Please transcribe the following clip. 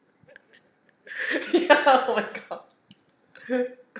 ya oh my god